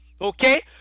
Okay